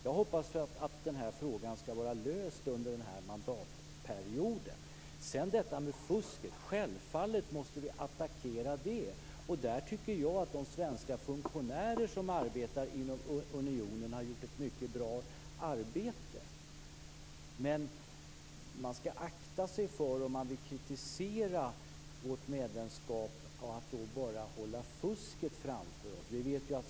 Jag hoppas att frågan kommer att lösas under denna mandatperiod. Självfallet måste vi attackera fusket. De svenska funktionärerna som arbetar inom unionen har gjort ett bra arbete. Men man skall akta sig för att bara framhålla fusket när man kritiserar det svenska medlemskapet.